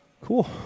Cool